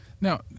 Now